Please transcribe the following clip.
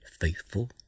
faithful